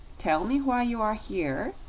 tell me why you are here,